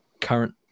current